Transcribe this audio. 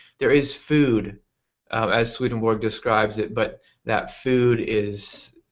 there is food as swedenborg describes it but that food is